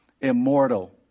immortal